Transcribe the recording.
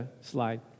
slide